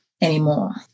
anymore